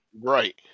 Right